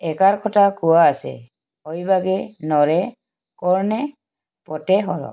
এষাৰ কথা কোৱা আছে অভ্যাসৰ নৰ কৰ্ণেপথে শৰ